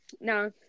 No